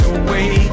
away